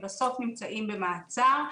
ובסוף הם נמצאים במעצר.